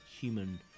human